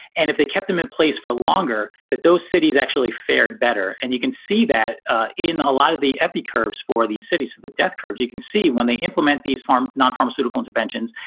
and if they kept them in place for longer, that those cities actually fared better. and you can see that in a lot of the epi curves for these cities, the death curves, you can see when they implement these farm non-pharmaceutical interventions,